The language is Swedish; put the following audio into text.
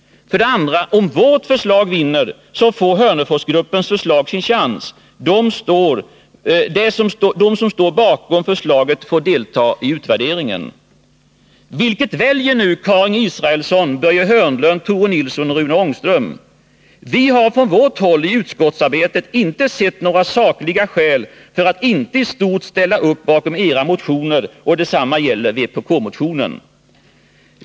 För det andra, om vårt förslag vinner, så får Hörneforsgruppens förslag sin chans. De som står bakom förslaget får delta i utvärderingen. Vilket väljer nu Karin Israelsson, Börje Hörnlund, Tore Nilsson och Rune Ångström? Vi har från vårt håll i utskottsarbetet inte sett några sakliga skäl för att inte i stort ställa oss bakom era motioner. Detsamma gäller vpk-motionen.